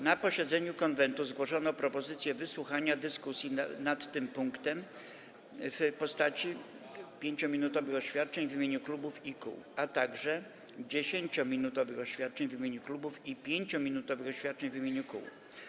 Na posiedzeniu Konwentu Seniorów zgłoszono propozycje wysłuchania w dyskusji nad tym punktem 5-minutowych oświadczeń w imieniu klubów i kół, a także 10-minutowych oświadczeń w imieniu klubów i 5-minutowych oświadczeń w imieniu kół.